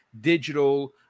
Digital